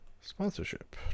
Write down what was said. sponsorship